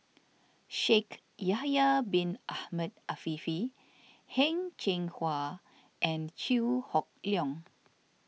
Shaikh Yahya Bin Ahmed Afifi Heng Cheng Hwa and Chew Hock Leong